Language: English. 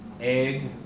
egg